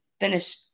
finish